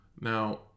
Now